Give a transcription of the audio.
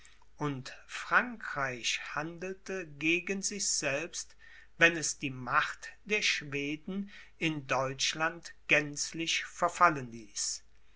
und frankreich handelte gegen sich selbst wenn es die macht der schweden in deutschland gänzlich verfallen ließ